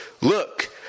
look